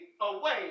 away